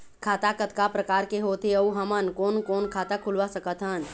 खाता कतका प्रकार के होथे अऊ हमन कोन कोन खाता खुलवा सकत हन?